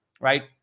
right